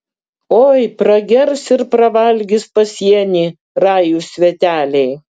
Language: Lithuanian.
oi pragers ir pravalgys pasienį rajūs sveteliai